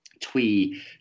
twee